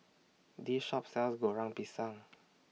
This Shop sells Goreng Pisang